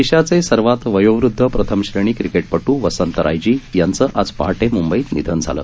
देशाचे सर्वात वयोवदध प्रथमश्रेणी क्रिकेटपटू वसंत रायजी यांचं आज पहाटे मुंबईत निधन झालं